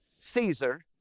Caesar